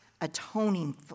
atoning